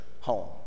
home